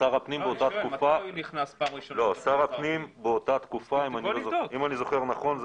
שר הפנים באותה תקופה, אם אני זוכר נכון,